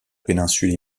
péninsule